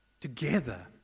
together